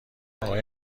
آقای